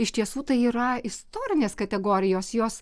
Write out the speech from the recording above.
iš tiesų tai yra istorinės kategorijos jos